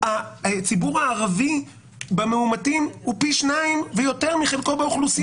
הציבור הערבי במאומתים הוא פי שניים ויותר מחלקו באוכלוסייה.